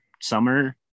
summer